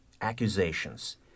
accusations